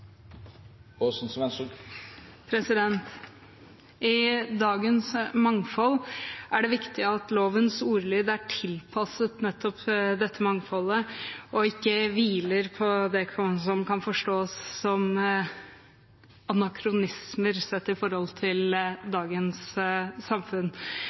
tolereres. I dagens mangfold er det viktig at lovens ordlyd er tilpasset nettopp dette mangfoldet og ikke hviler på det som kan forstås som anakronismer sett i forhold til dagens samfunn.